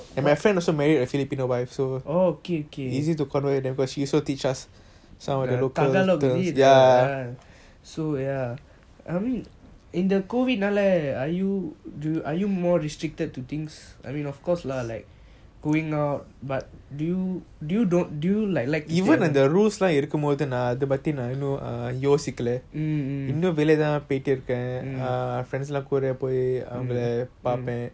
oh okay okay easy tagalog is it ya so ya I mean in the COVID நாலா:naala are you more restricted to things I mean of course lah like going out but do you do don't do like like this new rules mm